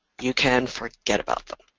you can forget about them.